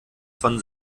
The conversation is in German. von